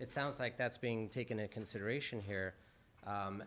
it sounds like that's being taken into consideration here